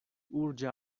urĝa